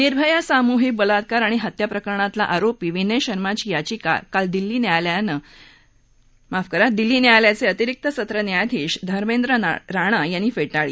निर्भया सामूहिक बलात्कार आणि हत्या प्रकरणातला आरोपी विनय शर्माची याचिका काल दिल्ली न्यायालयाचे अतिरिक्त सत्र न्यायाधीश धर्मेंद्र राणा यांनी फेटाळली